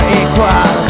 equal